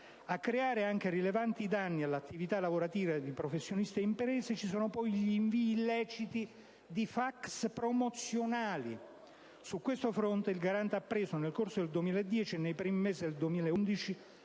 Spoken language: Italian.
A creare rilevanti danni all'attività lavorativa di professionisti e imprese ci sono poi gli invii illeciti di fax promozionali. Su questo fronte, il Garante ha preso, nel corso del 2010 e nei primi mesi del 2011,